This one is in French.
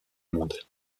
monde